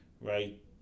right